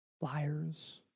liars